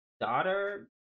daughter